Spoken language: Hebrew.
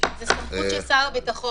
זאת סמכות של שר הביטחון.